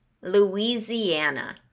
Louisiana